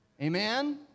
Amen